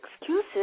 excuses